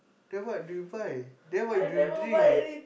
then what do you buy then what do you drink